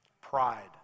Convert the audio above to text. Pride